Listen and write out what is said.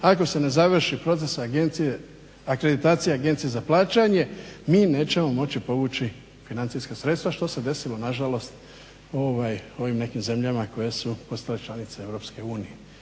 Ako se ne završi proces akreditacija agencije za plaćanje mi nećemo moći povući financijska sredstva što se desilo nažalost ovim nekim zemljama koje su postale članice EU.